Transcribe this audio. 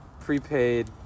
prepaid